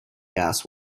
gas